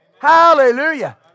Hallelujah